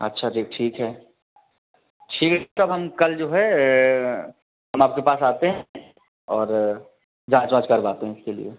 अच्छा जी ठीक है ठीक है हम कल जो है हम आपके पास आते हैं और जांच करवाते हैं इसके लिए